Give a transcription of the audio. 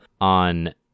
on